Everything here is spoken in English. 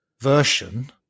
version